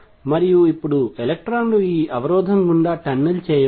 మరియు ఇప్పుడు ఎలక్ట్రాన్లు ఈ అవరోధం గుండా టన్నెల్ చేయవచ్చు